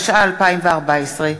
התשע"ה 2014,